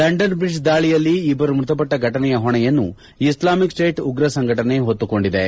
London bridge ದಾಳಿಯಲ್ಲಿ ಇಬ್ಬರು ಮೃತಪಟ್ಟ ಫಟನೆಯ ಹೊಣೆಯನ್ನು ಇಸ್ಲಾಮಿಕ್ ಸ್ವೇಟ್ ಉಗ್ರ ಸಂಘಟನೆ ಹೊತ್ತುಕೊಂಡಿವೆ